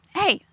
hey